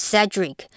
Cedric，